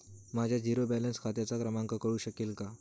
माझ्या zero balance खात्याचा क्रमांक कळू शकेल का?